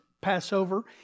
Passover